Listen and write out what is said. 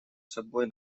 собой